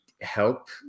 help